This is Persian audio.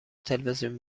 تلویزیون